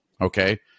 okay